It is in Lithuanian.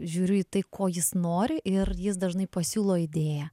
žiūriu į tai ko jis nori ir jis dažnai pasiūlo idėją